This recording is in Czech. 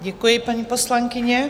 Děkuji, paní poslankyně.